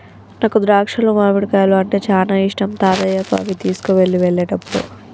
నాకు ద్రాక్షాలు మామిడికాయలు అంటే చానా ఇష్టం తాతయ్యకు అవి తీసుకువెళ్ళు వెళ్ళేటప్పుడు